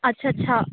ਅੱਛਾ ਅੱਛਾ